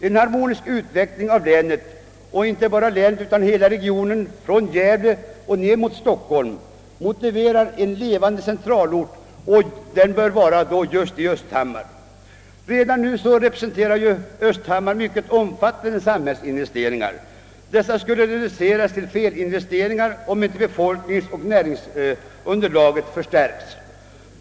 En harmonisk utveckling av länet — och inte bara av detta, utan av hela regionen från Gävle och ned mot Stockholm — motiverar förekomsten av en levande centralort, som just bör utgöras av Östhammar. Redan nu representerar Östhammar mycket omfattande samhällsinvesteringar. Dessa skulle förvandlas till felinvesteringar om inte befolkningsoch näringsunderlaget förstärks.